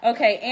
Okay